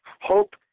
hope